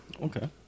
okay